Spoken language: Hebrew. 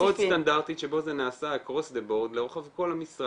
היא בדרך המאוד סטנדרטית שבה זה נעשה אקרוס דה בורד לרוחב כל המשרד.